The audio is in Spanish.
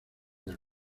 del